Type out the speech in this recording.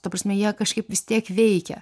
ta prasme jie kažkaip vis tiek veikia